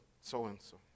so-and-so